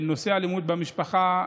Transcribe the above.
שנושא האלימות במשפחה,